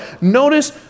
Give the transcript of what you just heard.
Notice